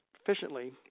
efficiently